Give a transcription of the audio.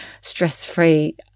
stress-free